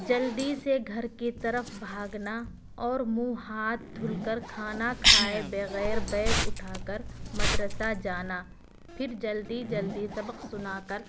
جلدی سے گھر کی طرف بھاگنا اور منھ ہاتھ دھل کر کھانا کھائے بغیر بیگ اٹھا کر مدرسہ جانا پھر جلدی جلدی سبق سنا کر